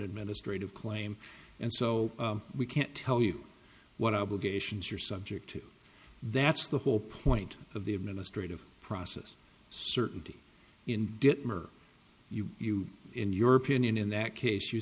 administrative claim and so we can't tell you what obligations you're subject to that's the whole point of the administrative process certainty in did you you in your opinion in that case you